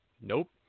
Nope